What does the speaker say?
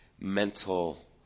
mental